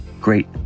great